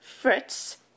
Fritz